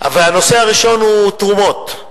והנושא הראשון הוא תרומות.